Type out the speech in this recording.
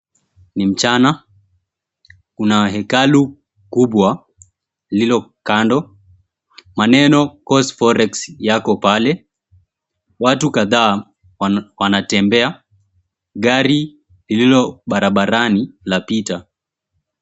Ni mchana, kuna hekalu kubwa lililo kando. Maneno, Coast Forex yako pale. Watu kadhaa wanatembea. Gari lililo barabarani lapita.